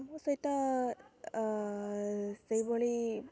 ମୋ ସହିତ ସେଇଭଳି